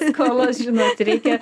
skolas žinot reikia